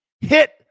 hit